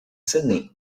sydney